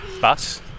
bus